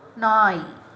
நாய்